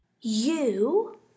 You